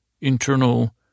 internal